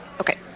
Okay